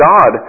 God